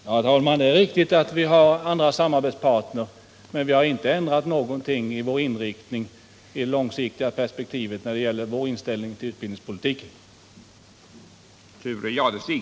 Herr talman! Ja, det är riktigt att vi har andra samarbetspartners nu, men vi har inte ändrat någonting i vår inriktning i det långsiktiga perspektivet när det gäller inställningen till utbildningspolitiken.